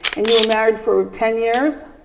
and you were married for ten years?